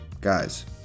Guys